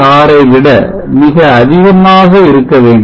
6 ஐ விட மிக அதிகமாக இருக்க வேண்டும்